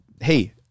Hey